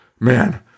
Man